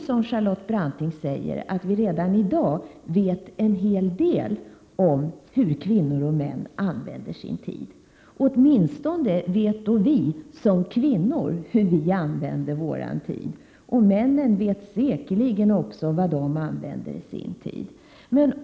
Som Charlotte Branting sade vet vi redan i dag en hel del om hur kvinnor och män använder sin tid. Åtminstone vet vi som kvinnor hur vi använder vår tid, och männen vet säkerligen också hur de använder sin tid.